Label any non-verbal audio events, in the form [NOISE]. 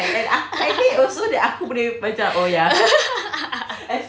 [LAUGHS]